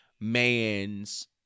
man's